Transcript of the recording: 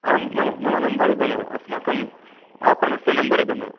आं मम मम नम्बर् इदमेव अस्माकम् आपणस्य नम्बर् इदमेव